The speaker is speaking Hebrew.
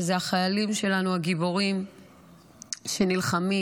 שזה החיילים הגיבורים שלנו שנלחמים.